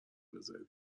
بذاری